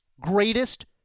greatest